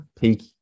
peak